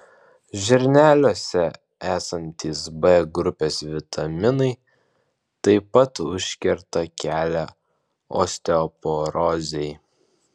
žirneliuose esantys b grupės vitaminai taip pat užkerta kelią osteoporozei